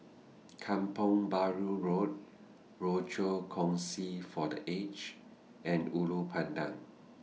Kampong Bahru Road Rochor Kongsi For The Aged and Ulu Pandan